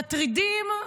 מטרידים,